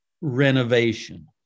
renovation